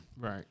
Right